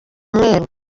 umweru